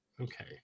Okay